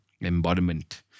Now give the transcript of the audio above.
embodiment